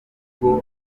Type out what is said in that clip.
ubwo